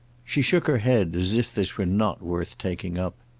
she shook her head as if this were not worth taking up.